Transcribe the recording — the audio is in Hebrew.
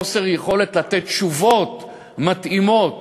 חוסר יכולת לתת תשובות מתאימות